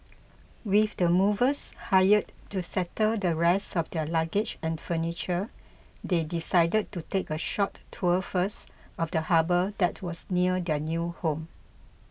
with the movers hired to settle the rest of their luggage and furniture they decided to take a short tour first of the harbour that was near their new home